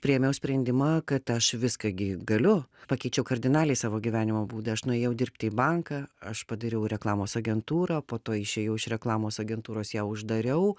priėmiau sprendimą kad aš viską gi galiu pakeičiau kardinaliai savo gyvenimo būdą aš nuėjau dirbti į banką aš padariau reklamos agentūrą po to išėjau iš reklamos agentūros ją uždariau